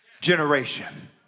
generation